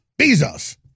Bezos